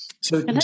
So-